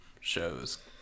shows